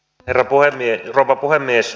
arvoisa rouva puhemies